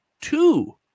two